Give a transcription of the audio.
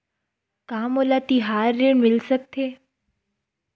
का मोला तिहार ऋण मिल सकथे?